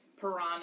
Piranha